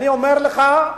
אני אומר לך,